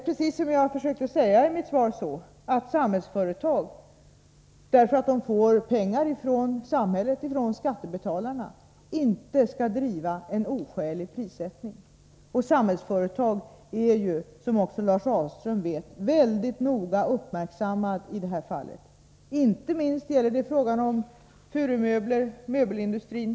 Precis som jag försökte säga i mitt svar så skall Samhällsföretag inte driva en oskälig prissättning därför att man får pengar från samhället, från skattebetalarna. Och Samhällsföretag är ju, som Lars Ahlström vet, noga uppmärksammat — inte minst när det gäller frågan om furumöbelsindustrin.